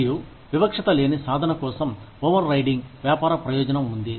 మరియు వివక్షత లేని సాధన కోసం ఓవర్ రైడింగ్ వ్యాపార ప్రయోజనం ఉంది